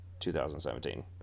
2017